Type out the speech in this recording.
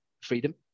freedom